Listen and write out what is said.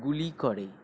গুলি করে